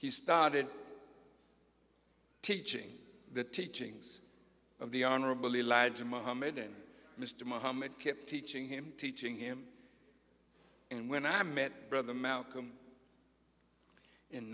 he started teaching the teachings of the honorable elijah muhammad and mr muhammad kept teaching him teaching him and when i met brother malcolm in